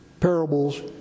parables